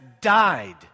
died